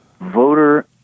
voter